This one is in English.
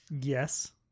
Yes